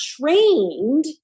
trained